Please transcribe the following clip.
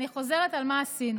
אני חוזרת על מה שעשינו: